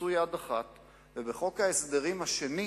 עשו יד אחת ובחוק ההסדרים השני